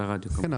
על הרדיו, כן.